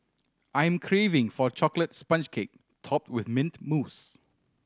I am craving for a chocolate sponge cake topped with mint mousse